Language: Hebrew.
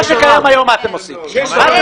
מה אתם עושים?